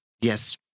Yes